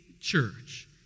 church